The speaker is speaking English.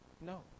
no